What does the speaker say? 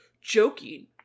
joking